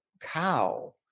cow